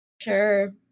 Sure